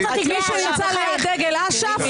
דגלי אש"ף.